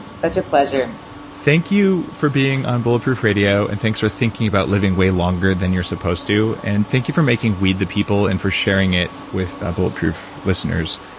such a pleasure thank you for being on bulletproof radio, and thanks for thinking about living way longer than you're supposed to, and thank you for making weed the people and for sharing it with bulletproof listeners.